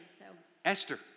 Esther